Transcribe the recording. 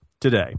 Today